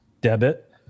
debit